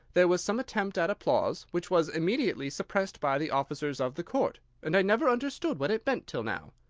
there was some attempt at applause, which was immediately suppressed by the officers of the court and i never understood what it meant till now.